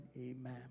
amen